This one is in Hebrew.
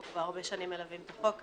אנחנו כבר שנים מלווים את החוק הזה.